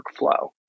workflow